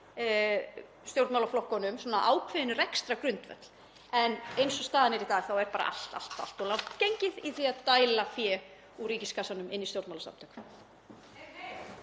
stjórnmálaflokkunum ákveðinn rekstrargrundvöll. En eins og staðan er í dag þá er bara allt, allt of langt gengið í því að dæla fé úr ríkiskassanum inn í stjórnmálasamtök.